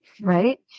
right